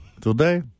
Today